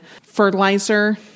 fertilizer